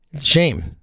Shame